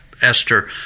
Esther